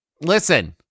Listen